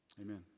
Amen